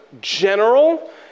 general